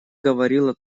говорила